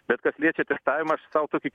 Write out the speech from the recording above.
bet kas liečia testavimą aš sau tokį